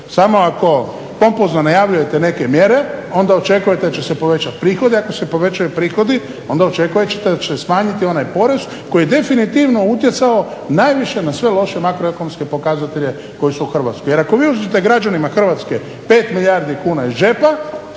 Samo ako pompozno najavljujete neke mjere onda očekujete da će se povećati prihodi, ako se povećaju prihodi onda očekujte da ćete smanjit onaj porez koji definitivno je utjecao najviše na sve loše makroekonomske pokazatelje koji su u Hrvatskoj jer ako vi uzmete građanima Hrvatske 5 milijardi kuna iz džepa,